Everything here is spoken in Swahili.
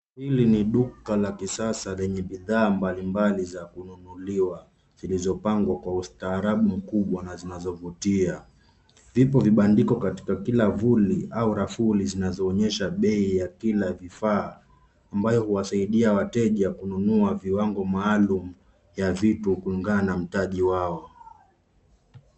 Hili ni duka la kisasa lenye bidhaa mbalimbali za kununuliwa zilizopangwa kwa ustaarabu mkubwa na zinazovutia. Vipo vibandiko katika kila vuli au rafuli zinazoonyesha bei ya kila vifaa ambayo huwasaidia wateja kununua viwango maalum ya vitu kulingana na mtaji wao.